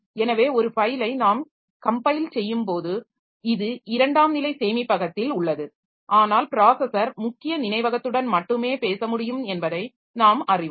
எனவே ஒரு ஃபைலை நாம் கம்ஃபைல் செய்யும்போது இது இரண்டாம் நிலை சேமிப்பகத்தில் உள்ளது ஆனால் ப்ராஸஸர் முக்கிய நினைவகத்துடன் மட்டுமே பேச முடியும் என்பதை நாம் அறிவோம்